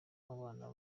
abana